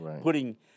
putting